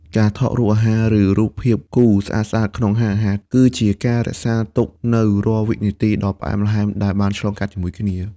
ការថតរូបអាហារ ឬរូបភាពគូស្អាតៗក្នុងហាងអាហារ គឺជាការរក្សាទុកនូវរាល់វិនាទីដ៏ផ្អែមល្ហែមដែលបានឆ្លងកាត់ជាមួយគ្នា។